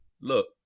look